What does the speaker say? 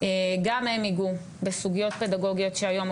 גם הם ייגעו בסוגיות פדגוגיות שהיום,